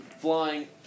flying